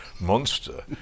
monster